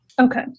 okay